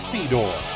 Fedor